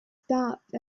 stopped